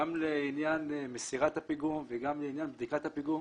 גם לעניין מסירת הפיגום וגם לעניין בדיקת הפיגום